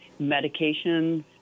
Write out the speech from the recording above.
Medications